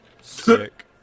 Sick